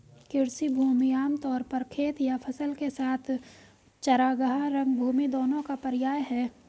कृषि भूमि आम तौर पर खेत या फसल के साथ चरागाह, रंगभूमि दोनों का पर्याय है